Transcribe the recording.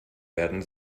werden